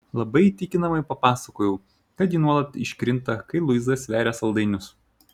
labai įtikinamai papasakojau kad ji nuolat iškrinta kai luiza sveria saldainius